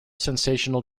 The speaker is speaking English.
sensational